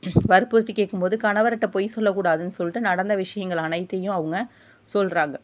வற்புறுத்தி கேட்கும்போது கணவர்கிட்ட பொய் சொல்லக்கூடாது சொல்லிட்டு நடந்த விஷயங்கள் அனைத்தையும் அவங்க சொல்லுறாங்க